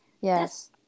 Yes